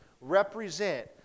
represent